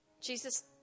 Jesus